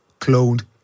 cloned